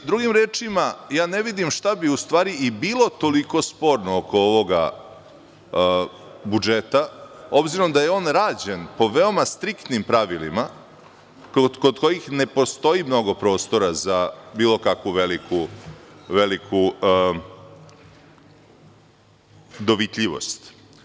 Drugim rečima, ne vidim šta bi bilo toliko sporno oko ovoga budžeta, obzirom da je on rađen po veoma striktnim pravilima kod kojih ne postoji mnogo prostora za bilo kakvu veliku dovitljivost.